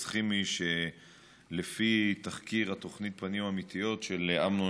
כימי שלפי תחקיר התוכנית "פנים אמיתיות" של אמנון